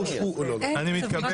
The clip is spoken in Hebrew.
אני מתכבד